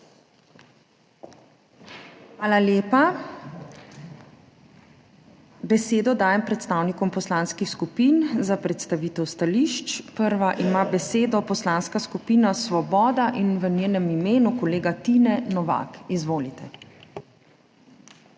Hvala lepa. Besedo dajem predstavnikom poslanskih skupin za predstavitev stališč. Prva ima besedo Poslanska skupina Svoboda in v njenem imenu kolega Tine Novak. Izvolite.